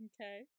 Okay